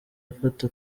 afata